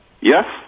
Yes